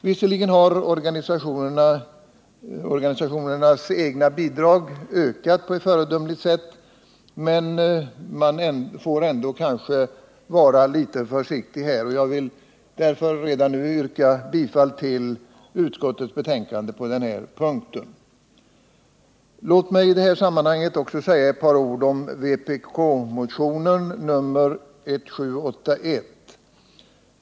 Visserligen har organisationernas egna bidrag ökat på ett föredömligt sätt, men man får kanske ändå här vara litet försiktig. Jag vill därför redan nu yrka bifall till utskottets hemställan på denna punkt. Låt mig i detta sammanhang också säga några ord om vpk-motionen 1781.